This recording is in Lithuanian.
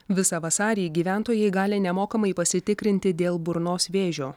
visą vasarį gyventojai gali nemokamai pasitikrinti dėl burnos vėžio